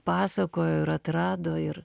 pasakojo ir atrado ir